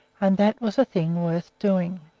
and that was a thing worth doing.